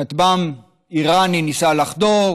כטב"ם איראני ניסה לחדור,